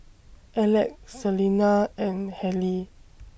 Alec Selina and Hallie